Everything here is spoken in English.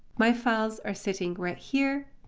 my files are sitting right here.